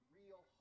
real